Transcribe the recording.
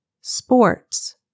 Sports